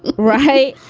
right.